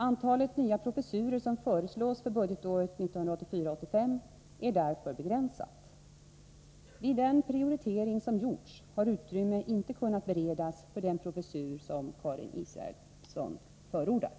Antalet nya professurer som föreslås för budgetåret 1984/85 är därför begränsat. Vid den prioritering som gjorts har utrymme inte kunnat beredas för den professur som Karin Israelsson förordar.